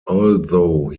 although